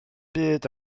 byd